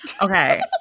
Okay